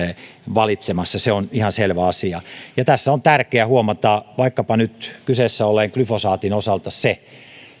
valitsemassa se on ihan selvä asia tässä on tärkeä huomata vaikkapa nyt kyseessä olleen glyfosaatin osalta se